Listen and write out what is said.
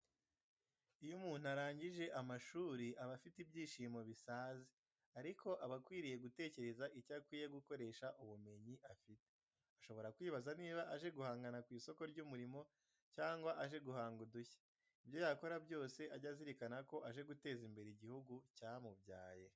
Iyo umuntu arangije amashuri aba afite ibyishimo bisaze, ariko aba akwiriye gutekereza icyo akwiye gukoresha ubumenyi afite. Ashobora kwibaza niba aje guhangana ku isoko ry'umurimo cyangwe aje guhanga udushya. Ibyo yakora byose ajye azirikana ko aje guteza imbere igihugu cyamubyaye.